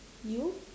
you